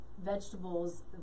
vegetables